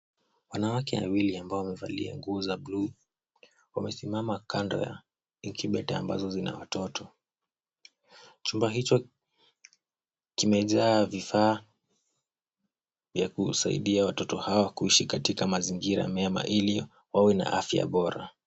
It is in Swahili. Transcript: Wanawake wawili ambao wamevalia nguo za bluu wamesimama kando ya incubator ambazo zina watoto. Chumba hicho kimejaa vifaa vya kusaidia watoto hawa kuishi katika mazingira mema ili wawe na afya bora.